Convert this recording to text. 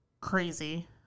crazy